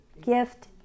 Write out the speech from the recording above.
Gift